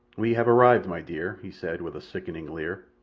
we have arrived, my dear, he said, with a sickening leer.